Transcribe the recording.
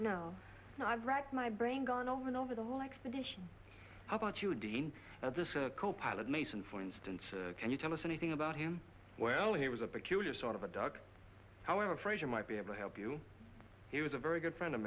no i've racked my brain gone over and over the whole expedition how about you dean this a copilot mason for instance can you tell us anything about him well he was a peculiar sort of a duck however afraid he might be able to help you he was a very good friend of